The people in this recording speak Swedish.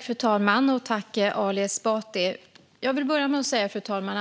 Fru talman! Jag vill börja med att säga